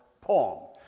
poem